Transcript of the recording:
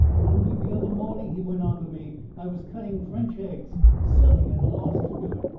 only the other morning, he went on to me, i was cutting french eggs. selling at a loss to do it.